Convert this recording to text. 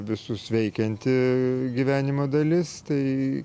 visus veikianti gyvenimo dalis tai